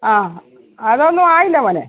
ആ അതൊന്നും ആയില്ല മോനെ